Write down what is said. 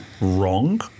wrong